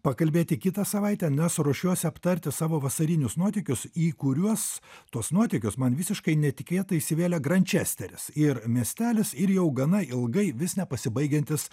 pakalbėti kitą savaitę nes ruošiuosi aptarti savo vasarinius nuotykius į kuriuos tuos nuotykius man visiškai netikėtai įsivėlė grandčesteris ir miestelis ir jau gana ilgai vis nepasibaigiantis